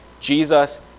Jesus